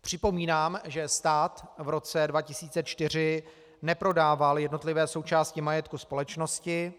Připomínám, že stát v roce 2004 neprodával jednotlivé součásti majetku společnosti,